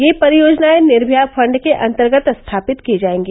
यह परियोजनाएं निर्भया फंड के अन्तर्गत स्थापित की जायेंगी